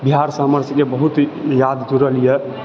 बिहारसँ हमर सबकेँ बहुत याद जुड़ल यऽ